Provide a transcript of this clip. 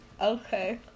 Okay